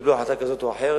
יקבלו החלטה כזאת או אחרת.